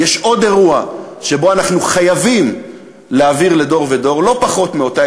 יש עוד אירוע שאנחנו חייבים להעביר לדור ודור לא פחות מאותה